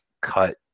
cut